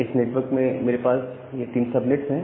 इस नेटवर्क में मेरे पास यह 3 सबनेट्स है